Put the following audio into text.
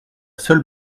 seule